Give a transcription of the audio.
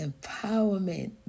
Empowerment